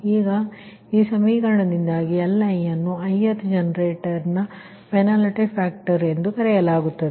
ಈಗ ಈ ಸಮೀಕರಣದಿಂದಾಗಿ Li ನ್ನು ithಜನರೇಟರ್ ನ ಪೆನಾಲ್ಟಿ ಫ್ಯಾಕ್ಟರ್ ಎಂದು ಕರೆಯಲಾಗುತ್ತದೆ